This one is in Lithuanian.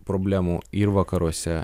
problemų ir vakaruose